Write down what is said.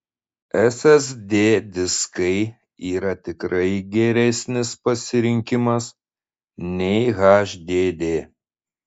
ssd diskai yra tikrai geresnis pasirinkimas nei hdd